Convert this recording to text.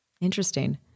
Interesting